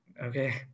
Okay